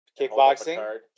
Kickboxing